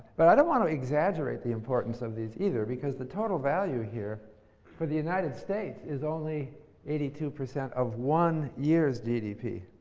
but i don't want to exaggerate the importance of these, either, because the total value here for the united states is only eighty two percent of one year's gdp.